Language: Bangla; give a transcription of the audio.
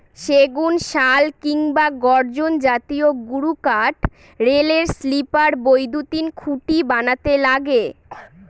সেগুন, শাল কিংবা গর্জন জাতীয় গুরুকাঠ রেলের স্লিপার, বৈদ্যুতিন খুঁটি বানাতে লাগে